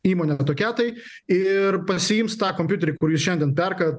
įmonė tokia tai ir pasiims tą kompiuterį kurį jūs šiandien perkat